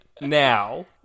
now